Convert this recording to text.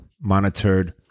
monitored